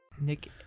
Nick